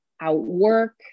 outwork